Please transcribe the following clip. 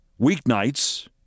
weeknights